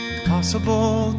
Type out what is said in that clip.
Impossible